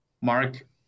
Mark